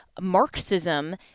Marxism